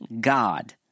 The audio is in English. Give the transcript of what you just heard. God